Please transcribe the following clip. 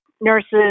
Nurses